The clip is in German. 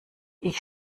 ich